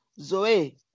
Zoe